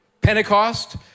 Pentecost